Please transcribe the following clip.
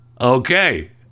okay